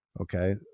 Okay